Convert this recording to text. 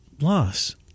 Loss